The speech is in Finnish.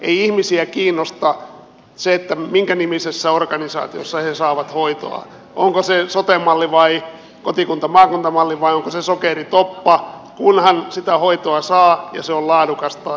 ei ihmisiä kiinnosta se minkä nimisessä organisaatiossa he saavat hoitoaan onko se sote malli vai kotikuntamaakunta malli vai onko se sokeritoppa kunhan sitä hoitoa saa ja se on laadukasta ja sitä saa ajoissa